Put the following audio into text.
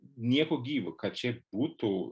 nieku gyvu kad čia būtų